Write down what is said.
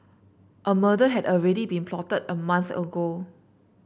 a murder had already been plotted a month ago